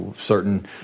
certain